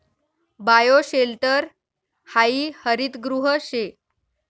bioshelter हायी हरितगृह शे